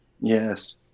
yes